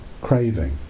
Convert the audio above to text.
craving